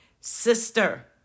sister